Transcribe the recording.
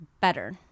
better